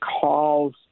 calls